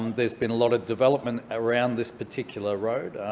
um there has been a lot of development around this particular road,